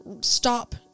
stop